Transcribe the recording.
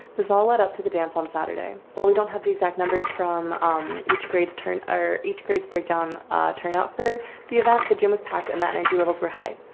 this all led up to the dance on saturday. well, we don't have the exact numbers from um each grades turn or each grades breakdown turnout for the event the gym was packed and that energy levels were high.